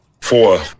Four